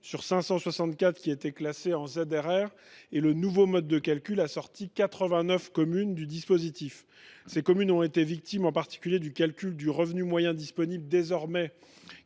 sur 564 étaient classées en ZRR. Or le nouveau mode de calcul a sorti 89 communes du dispositif. Ces dernières ont notamment été victimes du calcul du revenu moyen disponible, désormais